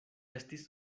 estis